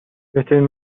بهترین